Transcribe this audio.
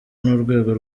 n’urwego